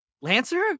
Lancer